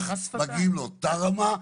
איך מגיעים לאותה רמה,